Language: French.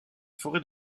forêt